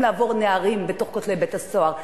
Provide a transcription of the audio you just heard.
לעבור נערים בתוך כותלי בית-הסוהר,